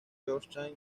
yorkshire